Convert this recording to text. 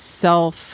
self